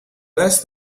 less